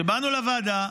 כשבאנו לוועדה,